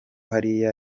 hariya